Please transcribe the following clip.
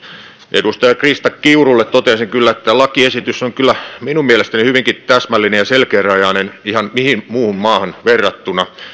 edustaja krista kiurulle toteaisin että lakiesitys on kyllä minun mielestäni hyvinkin täsmällinen ja selkeärajainen ihan mihin muuhun maahan tahansa verrattuna